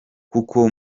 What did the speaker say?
kuko